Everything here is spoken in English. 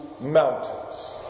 mountains